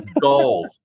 gold